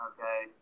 Okay